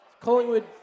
Collingwood